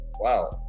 Wow